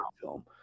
film